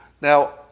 Now